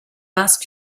last